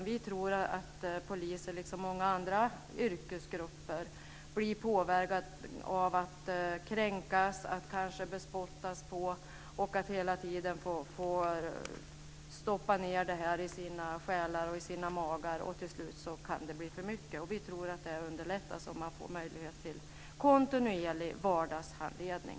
Vi tror att poliser, liksom många andra yrkesgrupper, blir påverkade av att kränkas, att kanske bespottas och hela tiden få stoppa undan det i sina själar och magar. Till slut kan det bli för mycket. Vi tror att det underlättar om de får möjlighet till kontinuerlig vardagshandledning.